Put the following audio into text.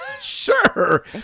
Sure